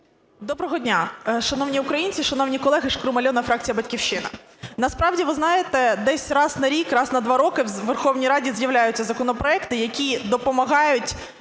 Доброго дня, шановні українці, шановні колеги! Шкрум Альона, фракція "Батьківщина". Насправді, ви знаєте, десь раз на рік, раз на два роки у Верховній Раді з'являються законопроекти, які допомагають